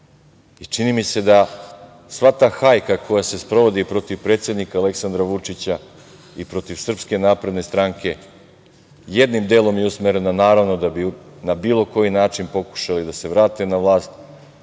njih. Čini mi se da sva ta hajka koja se sprovodi protiv predsednika Aleksandra Vučića i protiv SNS jednim delom je usmerena naravno da bi na bilo koji način pokušali da se vrate na vlast,